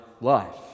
life